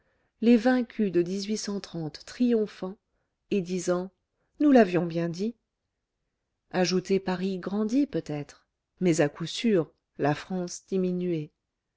les vaincus de triomphant et disant nous l'avions bien dit ajoutez paris grandi peut-être mais à coup sûr la france diminuée